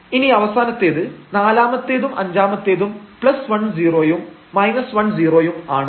ഇനി അവസാനത്തേത് നാലാമത്തേതും അഞ്ചാമത്തേതും 10 യും 10 യും ആണ്